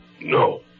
no